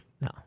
No